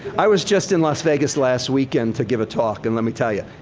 i was just in las vegas last week and to give a talk and let me tell ya,